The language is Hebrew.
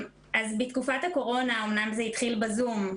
בתקופת הקורונה אמנם זה התחיל בזום.